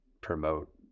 promote